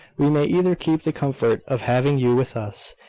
we may either keep the comfort of having you with us,